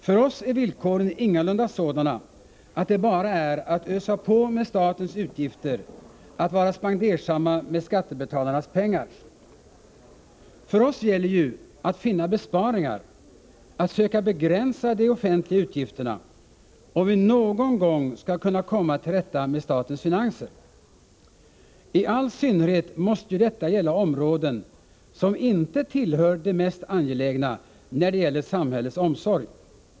För oss är villkoren ingalunda sådana att det bara är att ösa på med statens utgifter, att vara spendersamma med skattebetalarnas pengar. För oss gäller ju att finna besparingar, att söka begränsa de offentliga utgifterna, om vi någon gång skall kunna komma till rätta med statens finanser. I all synnerhet måste ju detta gälla områden som inte tillhör de mest angelägna när det gäller samhällets omsorg.